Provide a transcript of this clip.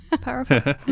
Powerful